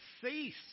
cease